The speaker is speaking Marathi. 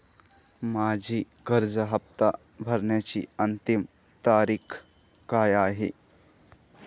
माझी कर्ज हफ्ता भरण्याची अंतिम तारीख काय आहे?